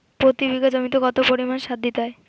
প্রতি বিঘা জমিতে কত পরিমাণ সার দিতে হয়?